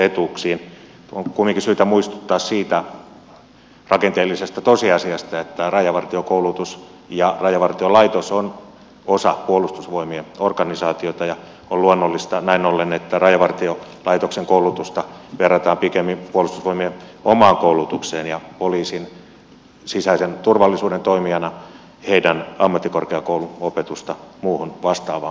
on kumminkin syytä muistuttaa siitä rakenteellisesta tosiasiasta että rajavartiokoulutus ja rajavartiolaitos ovat osa puolustusvoimien organisaatiota ja on luonnollista näin ollen että rajavartiolaitoksen koulutusta verrataan pikemmin puolustusvoimien omaan koulutukseen ja sisäisen turvallisuuden toimijana poliisin ammattikorkeakouluopetusta muuhun vastaavaan koulutukseen